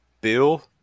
Bill